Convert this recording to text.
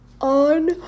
on